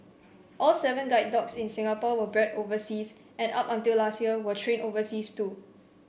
all seven guide dogs in Singapore were bred overseas and up until last year were trained overseas too